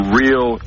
real